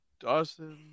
Dawson